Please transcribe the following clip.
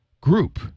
group